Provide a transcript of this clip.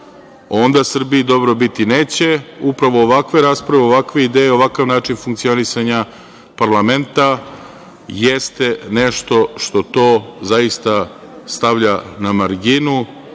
onda Srbiji dobro biti neće. Upravo ovakve rasprave, ovakve ideje, ovakav način funkcionisanja parlamenta jeste nešto što to zaista stavlja na marginu